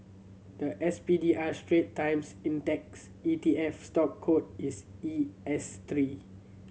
the S P D R Strait Times Index E T F stock code is E S three